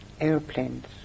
airplanes